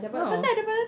oh